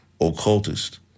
occultist